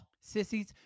Sissies